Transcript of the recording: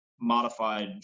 Modified